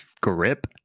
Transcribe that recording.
grip